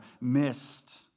missed